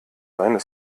seine